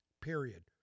Period